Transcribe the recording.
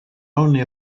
only